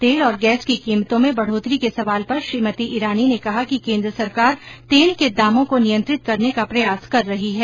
तेल और गैस की कीमतों में बढोतरी के सवाल पर श्रीमती ईरानी ने कहा कि केन्द्र सरकार तेल के दामों को नियंत्रित करने का प्रयास कर रही है